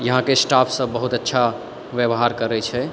यहाँके स्टाफ सब बहुत अच्छा व्यवहार करै छै